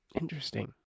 interesting